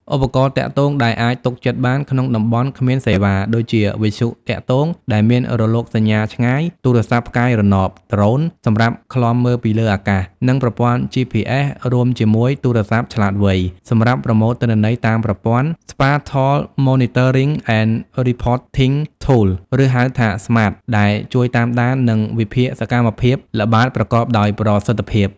ឧបករណ៍ទាក់ទង ដែលអាចទុកចិត្តបានក្នុងតំបន់គ្មានសេវា ដូចជា វិទ្យុទាក់ទងដែលមានរលកសញ្ញាឆ្ងាយ ទូរស័ព្ទផ្កាយរណប ដ្រូន សម្រាប់ឃ្លាំមើលពីលើអាកាស និង ប្រព័ន្ធ GPS រួមជាមួយទូរស័ព្ទឆ្លាតវៃ សម្រាប់ប្រមូលទិន្នន័យតាមប្រព័ន្ធ Spatial Monitoring and Reporting Tool ឬហៅថា ស្មាត SMART ដែលជួយតាមដាន និងវិភាគសកម្មភាពល្បាតប្រកបដោយប្រសិទ្ធភាព។